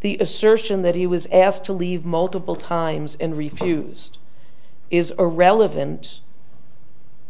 the assertion that he was asked to leave multiple times and refused is irrelevant